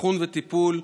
אבחון וטיפול,